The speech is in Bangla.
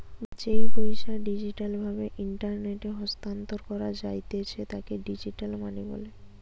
যেই পইসা ডিজিটাল ভাবে ইন্টারনেটে স্থানান্তর করা জাতিছে তাকে ডিজিটাল মানি বলে